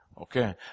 okay